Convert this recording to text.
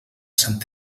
sant